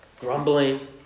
Grumbling